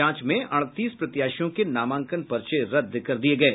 जांच में अड़तीस प्रत्याशियों के नामांकन पर्चे रद्द कर दिये गये